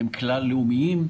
הם כלל לאומיים.